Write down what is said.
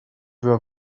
veux